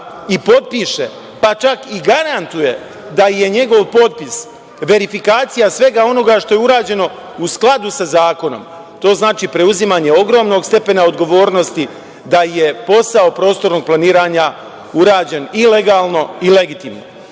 i potpiše, pa čak i garantuje da je njegov potpis verifikacija svega onoga što je urađeno u skladu sa zakonom, to znači preuzimanje ogromnog stepena odgovornosti da je posao prostornog planiranja urađen i legalno i legitimno. Zbog